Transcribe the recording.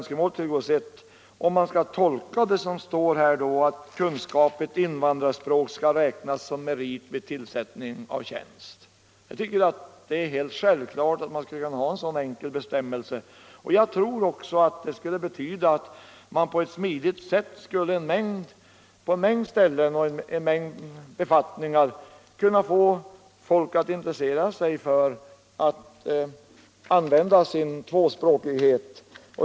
Skall man alltså tolka det så att kunskaper i invandrarspråk skall räknas som merit vid tillsättning av tjänst? Jag tycker det är alldeles självklart att man skulle kunna ha en sådan enkel bestämmelse. Likaså tror jag att vi då på ett smidigt sätt på många ställen och i många befattningar skulle kunna intressera människor att använda sig av sin tvåspråkighet.